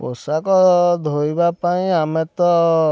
ପୋଷାକ ଧୋଇବା ପାଇଁ ଆମେ ତ